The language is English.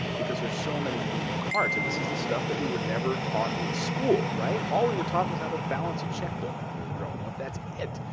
because there's so many moving parts. and this is the stuff that we were never taught in school, right? all we were taught was how to balance a checkbook when we were growing up. that's it.